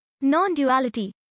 Non-duality